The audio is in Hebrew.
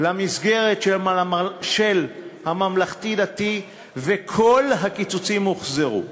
למסגרת של הממלכתי-דתי, וכל הקיצוצים הוחזרו.